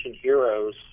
heroes